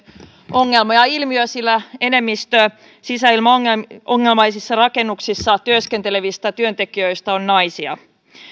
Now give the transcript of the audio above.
ongelma ja ilmiö sillä enemmistö sisäilmaongelmaisissa rakennuksissa työskentelevistä työntekijöistä on naisia